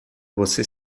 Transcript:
você